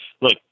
look